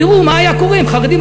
תראו מה היה קורה אם חרדים,